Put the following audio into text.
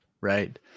Right